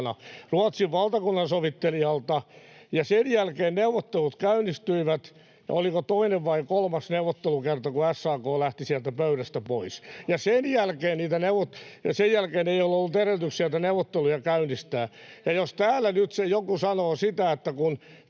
Ruotsin valtakunnansovittelijalta. Sen jälkeen neuvottelut käynnistyivät, [Antti Lindtman: Ei tämän johdosta!] ja oliko toinen vai kolmas neuvottelukerta, kun SAK lähti sieltä pöydästä pois, [Välihuuto] ja sen jälkeen ei ollut edellytyksiä niitä neuvotteluja käynnistää. Ja jos täällä nyt joku sanoo sitä, että kun